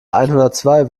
einhundertzwei